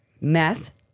meth